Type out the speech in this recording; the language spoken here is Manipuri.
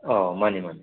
ꯑꯣ ꯃꯥꯅꯤ ꯃꯥꯅꯤ